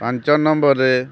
ପାଞ୍ଚ ନମ୍ବର୍ରେ